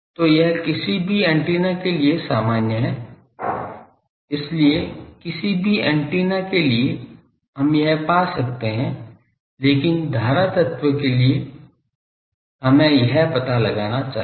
तो यह किसी भी एंटीना के लिए सामान्य है इसलिए किसी भी एंटीना के लिए हम यह पा सकते हैं लेकिन धारा तत्व के लिए हमें यह पता लगाना चाहिए